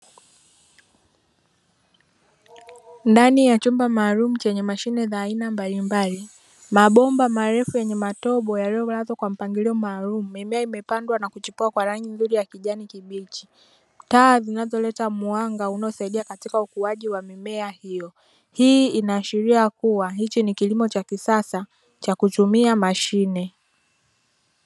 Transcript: Ndani ya chumba maalum chenye mashine za aina mbalimbali, mabomba marefu yenye matobo yaliyo lazwa kwa mpangilio maalum mimea imepandwa na kuchipua kwa rangi nzuri ya kijani kibichi. taa zinazoleta mwanga unaosaidia katika ukuaji wa mimea hiyo. Hii inaashiria kuwa hichi ni kilimo cha kisasa, cha kutumia mashine.